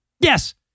Yes